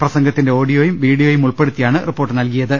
പ്രസംഗത്തിന്റെ ഓഡിയോയും വീഡിയോയും ഉൾപ്പെടുത്തിയാണ് റിപ്പോർട്ട് നൽകിയത്